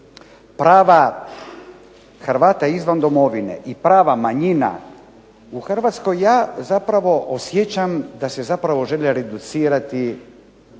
prava Hrvata izvan domovine i prava manjina u Hrvatskoj ja zapravo osjećam da se zapravo žele reducirati